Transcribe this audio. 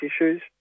issues